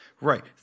Right